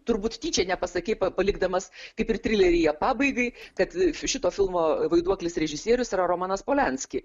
turbūt tyčia nepasakei palikdamas kaip ir trileryje pabaigai kad šito filmo vaiduoklis režisierius yra romanas polianski